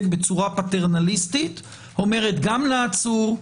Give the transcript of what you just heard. בצורה פטרנליסטית אומרת גם לעצור,